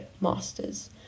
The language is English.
masters